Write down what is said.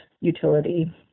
utility